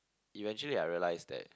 eventually I realised that